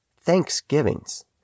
thanksgivings